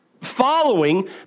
following